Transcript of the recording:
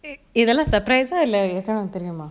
இதெலாம்:ithelam surprise ah இல்ல இதான் தெரியுமா:illa ithan theriyuma